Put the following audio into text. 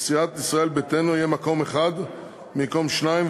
לסיעת ישראל ביתנו יהיה מקום אחד במקום שניים,